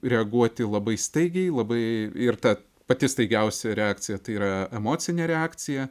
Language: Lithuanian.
reaguoti labai staigiai labai ir ta pati staigiausia reakcija tai yra emocinė reakcija